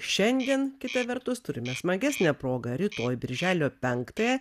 šiandien kita vertus turime smagesnę progą rytoj birželio penktąją